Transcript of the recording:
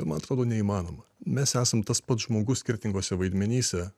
man atrodo neįmanoma mes esam tas pats žmogus skirtinguose vaidmenyse